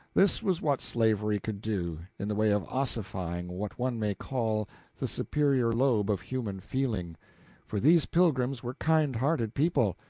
this was what slavery could do, in the way of ossifying what one may call the superior lobe of human feeling for these pilgrims were kind-hearted people,